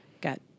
got